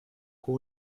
con